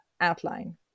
outline